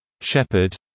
shepherd